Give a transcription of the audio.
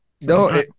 No